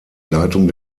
leitung